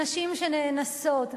נשים שנאנסות,